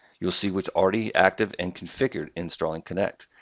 you'll see what's already active and configured in starling connect.